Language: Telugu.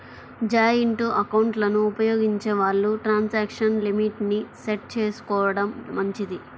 జాయింటు ఎకౌంట్లను ఉపయోగించే వాళ్ళు ట్రాన్సాక్షన్ లిమిట్ ని సెట్ చేసుకోడం మంచిది